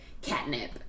catnip